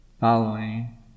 following